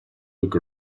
look